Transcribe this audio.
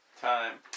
time